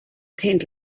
tent